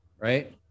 right